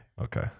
Okay